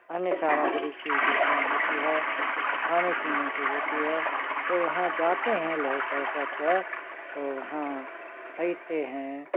अन्य सामग्री की दुकान होती है खाने पीने की होती है तो वहाँ जाते हैं लोग पर्यटक तो वहाँ ख़रीदते हैं